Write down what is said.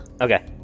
Okay